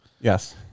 Yes